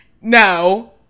no